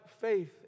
faith